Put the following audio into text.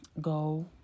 go